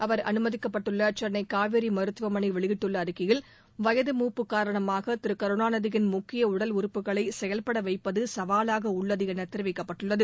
அவர் அனுமதிக்கப்பட்டுள்ள சென்னை காவேரி மருத்துவமனை வெளியிட்டுள்ள அறிக்கையில் வயது மூப்பு காரணமாக திரு கருணாநிதியின் முக்கிய உடல் உறுப்புகளை செயல்பட வைப்பது ச்வாலாக உள்ளது என தெரிவிக்கப்பட்டுள்ளது